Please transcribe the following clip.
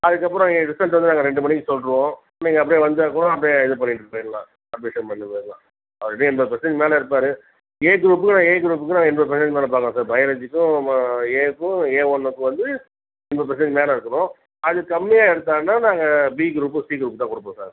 அதுக்கப்புறம் நீங்கள் ரிசல்ட்டு வந்து நாங்கள் ரெண்டு மணிக்கு சொல்லிட்ருவோம் நீங்கள் அப்படியே வந்தால் கூட அப்படியே இது பண்ணிட்டு போயிட்லாம் அட்மிஷன் பண்ணிட்டு போயிர்லாம் ஆல்ரெடி எண்பது பர்சன்டேஜுக்கு மேலே எடுப்பாரு ஏ குரூப்பும் நாங்கள் ஏ குரூப்புக்கு நாங்கள் எண்பது பர்சன்டேஜ் மேலே பார்க்குறோம் சார் பயாலஜிக்கும் ஏக்கும் ஏ ஒன்றுக்கும் வந்து எண்பது பர்சன்டேஜ்க்கு மேலே இருக்கணும் அதுக்கு கம்மியாக எடுத்தாங்கனால் நாங்கள் பி குரூப்பு சி குரூப்பு தான் கொடுப்போம் சார்